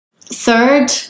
Third